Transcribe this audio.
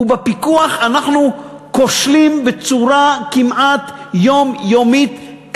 ובפיקוח אנחנו כושלים בצורה כמעט יומיומית,